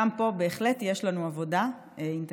גם פה בהחלט יש לנו עבודה אינטנסיבית,